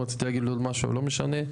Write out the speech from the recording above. רציתי להגיד עוד משהו אבל לא משנה.